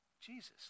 Jesus